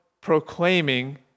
proclaiming